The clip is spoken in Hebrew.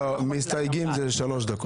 מסתייגים זה חמש דקות.